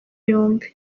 yombi